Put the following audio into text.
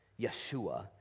Yeshua